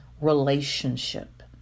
relationship